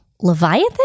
Leviathan